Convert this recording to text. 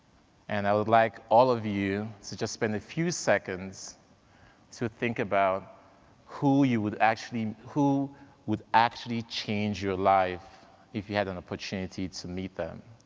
and i would like all of you to just spend a few seconds to think about who you would actually, who would actually change your life if you had an opportunity to meet them.